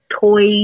toys